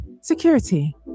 Security